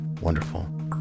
wonderful